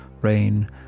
Rain